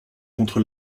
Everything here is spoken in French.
contre